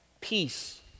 Peace